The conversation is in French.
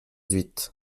huit